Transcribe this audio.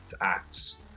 acts